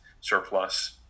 surplus